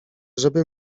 żeby